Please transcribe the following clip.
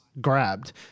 grabbed